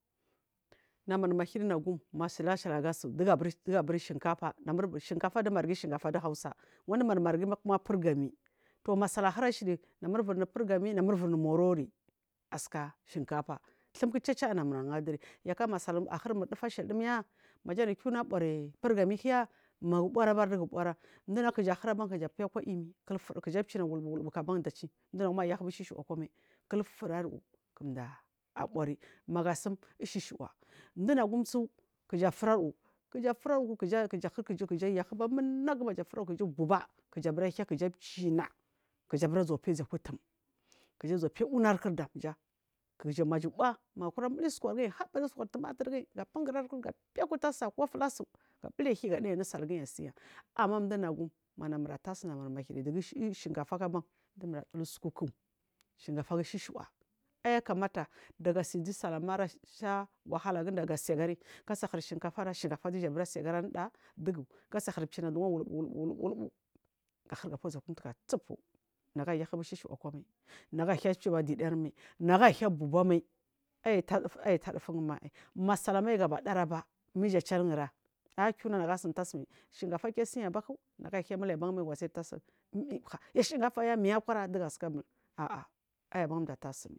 Namur mahidi unagum masala shili agasu dugabur shinkafa shinkafa dumargi shinkafa du hausa wanumur margima furgami tu masal ahir ashili namuraburnu furgami namuranu marori asika shinkafa thumk cha cha a namur hari yakar masal ahirmur dufu ashilibanya majanu kina aiybur furgamikiya magaburi abar duga buh ra kijahir abari kija fuw aku imi kifu kija cina wul wul dachi dunagum dayahiba ishishuwa akumai kindi aburi maga sim is hishuwa unagum su kija fura u kija fura u kija kija hir kija yahiba munagu anagu mafuru, kijabuba kija bura hir kija cina kijaburale fuzekum unntum kii jazuwa faiy unu arkir damja kija maja buuh makura mul uskurgiyi habbada uskur tumaturgiyi gafungir arkir gafegu tasa ku fulast gabule hi ganinu salgiyi asiya amma duna gum manamura tahsu namur mahiɗi dugu shili shinkafak ban dumula dul usuku ku ai yak amata daga si du sal amal rasha wahala gasai gari ga sai lur shinkafa, tu shinkafa diga bura shiligari anuɗa dugu gasa aina duwa wulwul wulbu gahir gafu azaiku unaka. Naga yahiba ishu shuwa kwam ai naga yahiba ishu shuwa akwamai nahacibar dichirmai nahai bubamai ai aitadufu inmai masal amaibaga dharab a minja chanunra kuna nagasun tah sumai shinkafa kesiya abak nagahiy muliban wazaitahsu ne kk yashinkafera miyikwa ra a a ayiban ja tah simai.